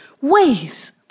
Ways